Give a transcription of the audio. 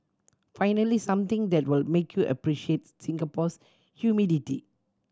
finally something that will make you appreciate Singapore's humidity